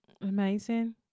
Amazing